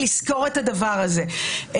וצריך לזכור את הדבר הזה.